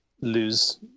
lose